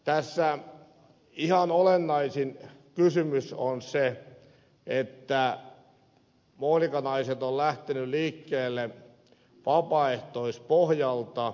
tässä ihan olennaisin kysymys on se että monika naiset on lähtenyt liikkeelle vapaaehtoispohjalta